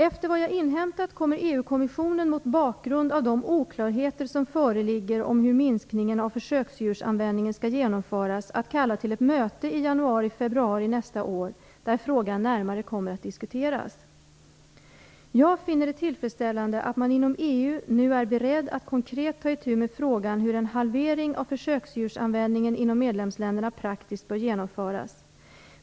Enligt vad jag inhämtat kommer EU kommissionen mot bakgrund av de oklarheter som föreligger om hur minskningen av försöksdjursanvändningen skall genomföras att kalla till ett möte i januari/februari nästa år, där frågan närmare kommer att diskuteras. Jag finner det tillfredsställande att man inom EU nu är beredd att konkret ta itu med frågan hur en halvering av försöksdjursanvändningen inom medlemsländerna praktiskt bör genomföras.